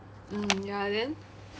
mm ya then